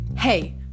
Hey